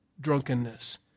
drunkenness